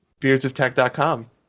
Beardsoftech.com